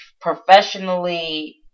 professionally